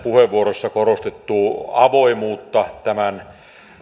puheenvuorossa korostettu avoimuutta tämän